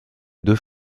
deux